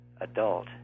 adult